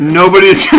nobody's